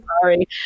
sorry